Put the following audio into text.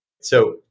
So-